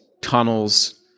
tunnels